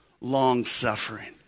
long-suffering